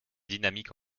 dynamique